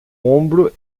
ombro